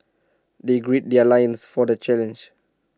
they gird their loins for the challenge